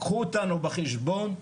קחו אותנו בחשבון,